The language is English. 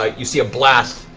ah you see a blast.